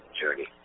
journey